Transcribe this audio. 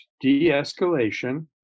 de-escalation